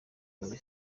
muri